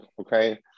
okay